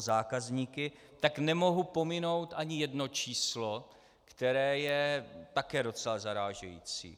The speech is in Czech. zákazníky tak nemohu pominout ani jedno číslo, které je také docela zarážející.